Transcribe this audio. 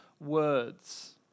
words